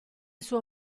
suo